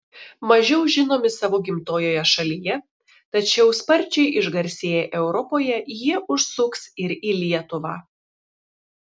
mažiau žinomi savo gimtojoje šalyje tačiau sparčiai išgarsėję europoje jie užsuks ir į lietuvą